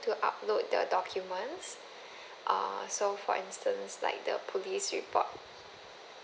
to upload the documents err so for instance like the police report